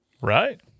Right